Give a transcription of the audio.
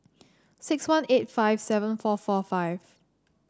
six one eight five seven four four five